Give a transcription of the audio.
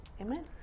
Amen